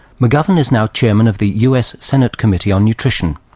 mcgovern is now chairman of the us senate committee on nutrition,